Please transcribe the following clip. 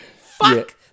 Fuck